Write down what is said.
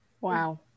wow